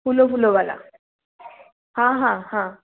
फूलों फूलों वला हाँ हाँ हाँ